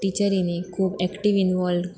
टिचरीनी खूब active involved